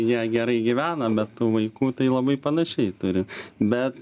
jie gerai gyvena bet tų vaikų tai labai panašiai turi bet